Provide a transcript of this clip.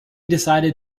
decided